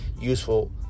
useful